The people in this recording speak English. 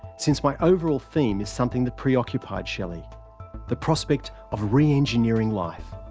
since my overall theme is something that preoccupied shelley the prospect of re-engineering life.